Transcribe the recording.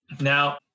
Now